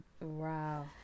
Wow